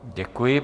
Děkuji.